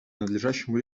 надлежащему